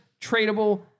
tradable